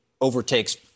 overtakes